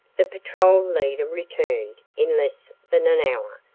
the patrol leader returned, in less than an hour,